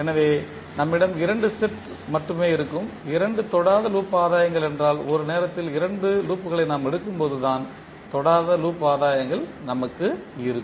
எனவே நம்மிடம் இரண்டு செட் மட்டுமே இருக்கும் இரண்டு தொடாத லூப் ஆதாயங்கள் என்றால் ஒரு நேரத்தில் இரண்டு லூப்களை நாம் எடுக்கும்போதுதான் தொடாத லூப் ஆதாயங்கள் நமக்கு இருக்கும்